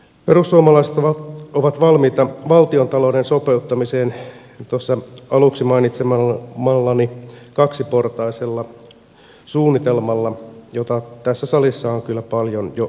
perussuomalaiset ovat valmiita valtiontalouden sopeuttamiseen tuossa aluksi mainitsemallani kaksiportaisella suunnitelmalla jota tässä salissa on kyllä paljon jo esitelty